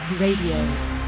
RADIO